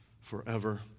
forever